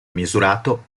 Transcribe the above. misurato